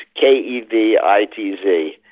K-E-V-I-T-Z